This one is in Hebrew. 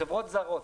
חברות זרות,